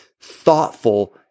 thoughtful